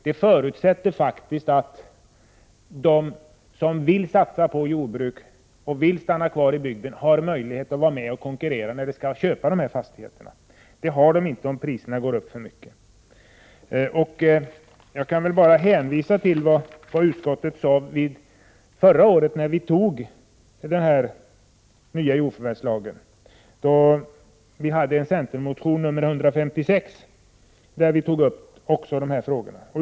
Det förutsätter faktiskt att de som vill satsa på jordbruk och vill stanna kvar i bygden har möjlighet att vara med att konkurrera om att köpa dessa fastigheter, vilket de inte har om priserna går upp för mycket. Jag kan bara hänvisa till vad utskottet sade förra året när den nya jordförvärvslagen antogs. I samband därmed tog vi i motion Jo156 också upp de här frågorna.